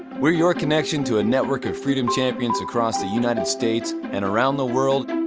we're your connection to a network of freedom champions across the united states and around the world